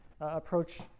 approach